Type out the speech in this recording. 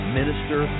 minister